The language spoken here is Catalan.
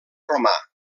romà